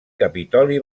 capitolí